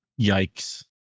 Yikes